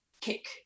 kick